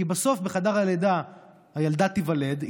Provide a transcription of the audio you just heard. כי בסוף בחדר הלידה הילדה תיוולד,